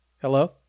Hello